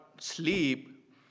sleep